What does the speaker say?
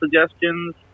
suggestions